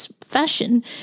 fashion